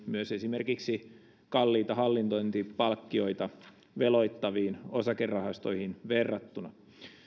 myös esimerkiksi kalliita hallinnointipalkkioita veloittaviin osakerahastoihin verrattuna